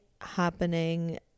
happening